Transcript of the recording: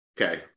Okay